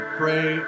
pray